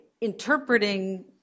interpreting